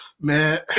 Man